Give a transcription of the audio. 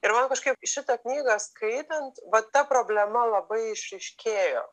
ir man kažkaip šitą knygą skaitant vat ta problema labai išryškėjo